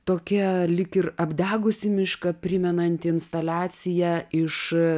tokie lyg ir apdegusį mišką primenanti instaliacija iš